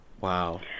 Wow